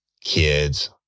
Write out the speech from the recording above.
kids